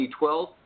2012